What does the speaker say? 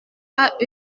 pas